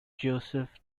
joseph